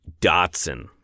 Datsun